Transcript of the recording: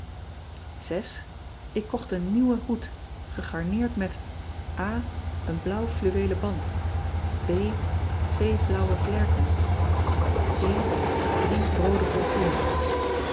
k kocht een nieuwen hoed gegarneerd met een blauw fluweelen band twee blauwe vlerken drie roode pompoenen